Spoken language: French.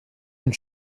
une